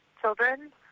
children